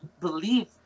believe